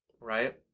right